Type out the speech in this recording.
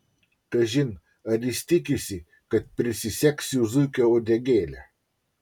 kažin ar jis tikisi kad prisisegsiu zuikio uodegėlę